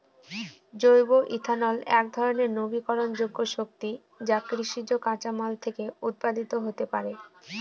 জৈব ইথানল একধরনের নবীকরনযোগ্য শক্তি যা কৃষিজ কাঁচামাল থেকে উৎপাদিত হতে পারে